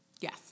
Yes